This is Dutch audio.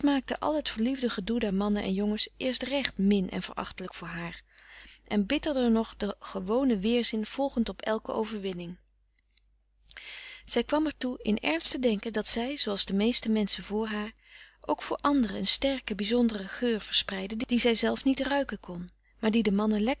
al het verliefde gedoe der mannen en jongens eerst recht min frederik van eeden van de koele meren des doods en verachtelijk voor haar en bitterder nog den gewonen weerzin volgend op elke overwinning zij kwam er toe in ernst te denken dat zij zooals de meeste menschen voor haar ook voor anderen een sterke bizondere geur verspreidde die zij zelf niet ruiken kon maar die den mannen